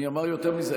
אני אומר יותר מזה,